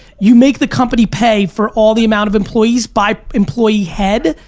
you make the company pay for all the amount of employees by employee head,